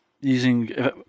using